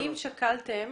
האם שקלתם